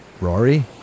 Rory